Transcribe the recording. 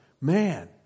Man